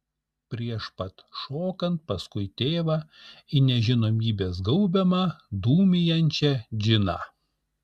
prieš pat šokant paskui tėvą į nežinomybės gaubiamą dūmijančią džiną